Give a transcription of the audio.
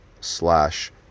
slash